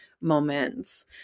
moments